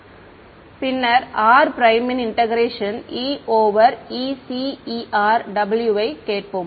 மாணவர் பின்னர் r prime ன் integration E over e c e r W வைக் கேட்போம்